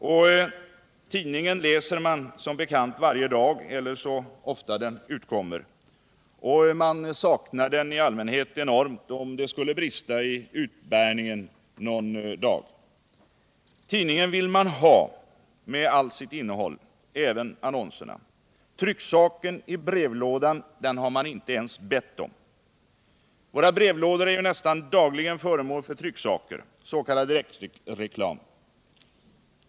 En tidning läser man ju varje dag eller så ofta den utkommer, och i allmänhet saknar man den enormt om det skulle brista i utbärningen någon dag. Tidningen vill man ha med hela dess innehåll —- även annonserna. Trycksaken i brevlådan har man inte ens bett om. I våra brevlådor hamnar ju nästan dagligen trycksaker, s.k. direktreklam.